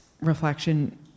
reflection